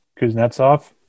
Kuznetsov